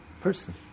person